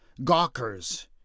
gawkers